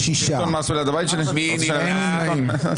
שניים בעד, שישה נגד, אין נמנעים.